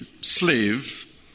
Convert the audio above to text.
slave